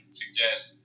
suggest